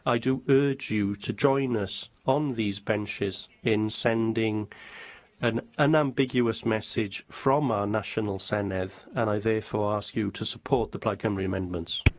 do urge you to join us on these benches in sending an unambiguous message from our national senedd, and i therefore ask you to support the plaid cymru amendments.